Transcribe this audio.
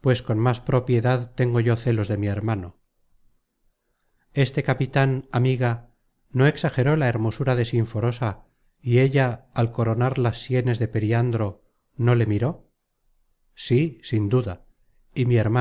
pues con más propiedad tengo yo celos de mi hermano este capitan amiga no exageró la hermosura de sinforosa y ella al coronar las sienes de periandro no le miró sí sin duda y mi hermano